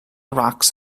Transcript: rocks